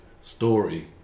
story